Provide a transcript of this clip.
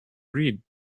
read